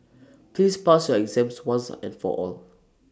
please pass your exams once and for all